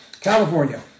California